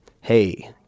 Hey